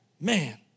Man